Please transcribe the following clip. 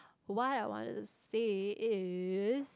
why I wanted to say is